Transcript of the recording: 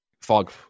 Fog